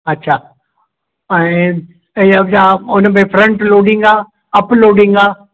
अच्छा हाणे जाम उन में फ्रंट लॉडिंग आहे अपलॉडिंग आहे